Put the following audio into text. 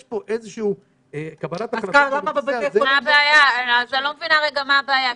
יש קבלת החלטות בנושא הזה --- אז אני לא מבינה מה הבעיה,